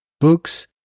books